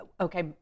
okay